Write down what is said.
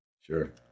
sure